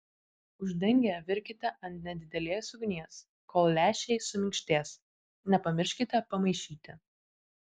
uždengę virkite ant nedidelės ugnies kol lęšiai suminkštės nepamirškite pamaišyti